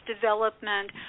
development